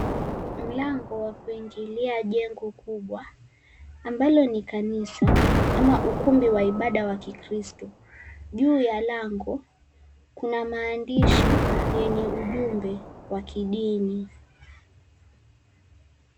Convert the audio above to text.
Mlango wa kuingilia jengo kubwa ambalo ni kanisa ama ukumbi wa ibada wa Kikristo. Juu ya lango, kuna maandishi yenye ujumbe wa kidini.